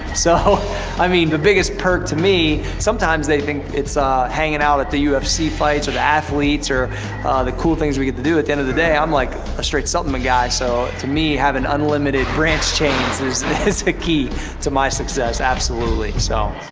so i mean, the biggest perk to me, sometimes they think it's hanging out at the ufc fights or the athletes or the cool things we get to do at the end of the day, i'm, like, a straight supplement guy so, to me, having unlimited branched chains is the the key to my success, absolutely, so.